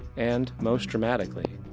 and most dramatically,